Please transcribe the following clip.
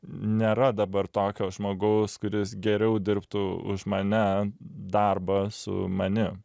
nėra dabar tokio žmogaus kuris geriau dirbtų už mane darbą su manim